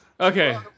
Okay